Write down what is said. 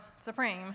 Supreme